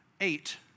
eight